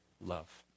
love